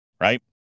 right